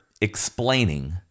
explaining